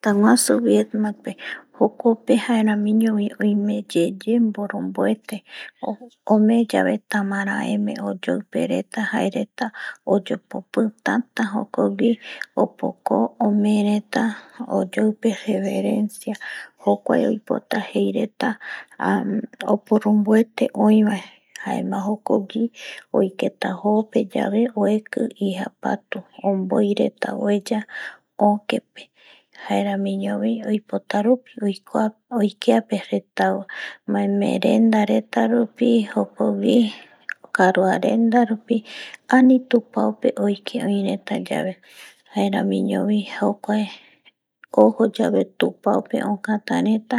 Tëtäguasu Vietnan pe jokope jaeramiñovi oime yeye mboronboete ome yave tamaraeme oyoipe reta jae reta oyopopi tata jokogui opoko ome reta oyoupe jokuae oipota jei reta oporonbuete oiba jaema jokogui oiketa joo ´pe yave ueki ijapatu omboireta voi ueya ököpe jaeramiñovi oipotaru´pi oikeape restauramte maemerenda reta rupi jokogui karuarenda rupi ani tupao pe oike oi reta yave jaeramiñovi jokuae ojo yave tupao pe okata reta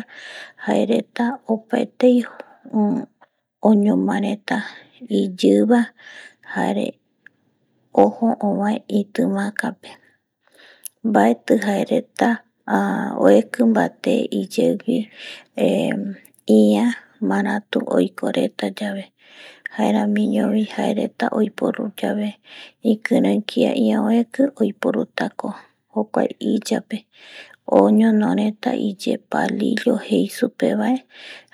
jae reta opaetei oñoma reta iyiva jare ojo ovae itimaja pe mbaeti jae reta ueki bate iyeigui eh ia maratu oiko reta yave jaeramiñovi jae reta oiporu yabe ikiren kia ueki yave oiporutako jokuae iya pe oñono reta iye palillo jei reta supe bae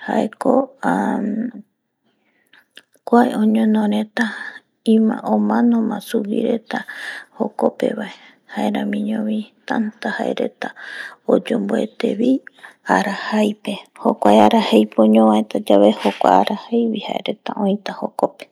jaeko kuae oñono reta omonoma sugui reta jokope bae jaeramiñovi tanta jae reta oyombuete vi ara jaipe jokua ara oñovaetayae jaereta oitako jokope.